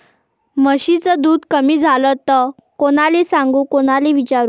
म्हशीचं दूध कमी झालं त कोनाले सांगू कोनाले विचारू?